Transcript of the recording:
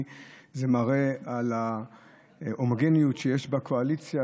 זה מראה את ההומוגניות שיש באופוזיציה,